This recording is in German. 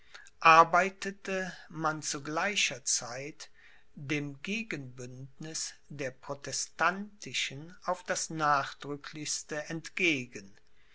arbeitete man zu gleicher zeit dem gegenbündniß der protestantischen auf das nachdrücklichste entgegen